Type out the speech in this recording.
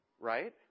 right